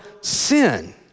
sin